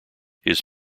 his